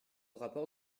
rapport